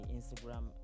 Instagram